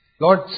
Lord